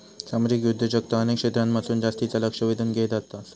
सामाजिक उद्योजकता अनेक क्षेत्रांमधसून जास्तीचा लक्ष वेधून घेत आसा